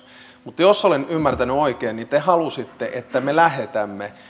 mutta jos olen ymmärtänyt oikein niin te halusitte että me lähetämme